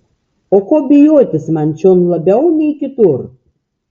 o ko bijotis man čion labiau nei kitur